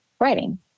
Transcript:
writing